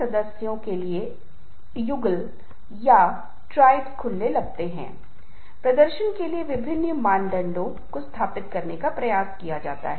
प्रशंसा के शब्द हर किसी के लिए काम नहीं करते हैं वास्तव में वे कुछ लोगों को बंद कर सकते हैं एक नेता संचार की थमिकताओं के साथ सहसंबंध में सबसे प्रभावी ढंग से प्रशंसा का उपयोग कर सकता है